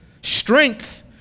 strength